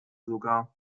sogar